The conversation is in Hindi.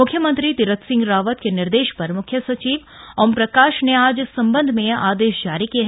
मुख्यमंत्री तीरथ सिंह रावत के निर्देश पर मुख्य सचिव ओम प्रकाश ने आज इस संबंध में आदेश जारी किये